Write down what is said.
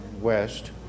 west